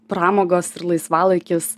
pramogos laisvalaikis